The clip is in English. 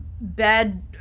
bad